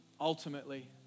ultimately